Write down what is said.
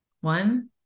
one